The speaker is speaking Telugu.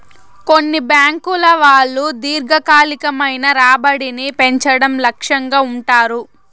కొన్ని బ్యాంకుల వాళ్ళు దీర్ఘకాలికమైన రాబడిని పెంచడం లక్ష్యంగా ఉంటారు